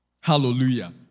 Hallelujah